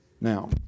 Now